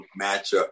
matchup